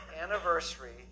anniversary